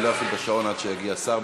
אני לא אפעיל את השעון עד שיגיע שר.